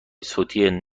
صوتی